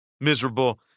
Miserable